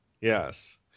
Yes